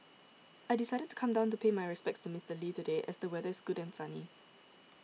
I decided to come down to pay my respects to Mister Lee today as the weather is good and sunny